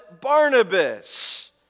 Barnabas